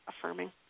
affirming